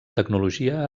tecnologia